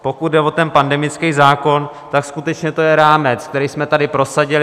Pokud jde o ten pandemický zákon, tak skutečně to je rámec, který jsme tady prosadili.